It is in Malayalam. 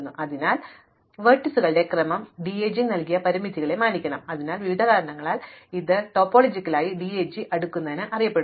അതിനാൽ അന്തിമ ശ്രേണിയിലെ ലംബങ്ങളുടെ ക്രമം DAG നൽകിയ പരിമിതികളെ മാനിക്കണം അതിനാൽ വിവിധ കാരണങ്ങളാൽ ഇത് ടോപ്പോളജിക്കലായി DAG അടുക്കുന്നതായി അറിയപ്പെടുന്നു